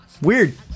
weird